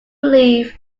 leave